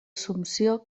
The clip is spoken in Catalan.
assumpció